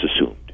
assumed